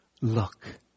look